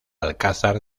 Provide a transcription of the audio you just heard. alcázar